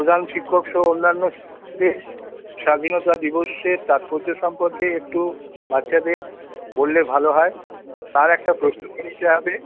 প্রধান শিক্ষকসহ অন্যান্য শিক্ষকদের স্বাধীনতা দিবসের তাৎপর্য সম্পর্কে একটু বাচ্চাদের বললে ভালো হয় তার একটা প্রস্তুতি নিতে হবে